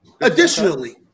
Additionally